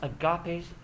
agape